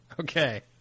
Okay